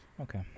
Okay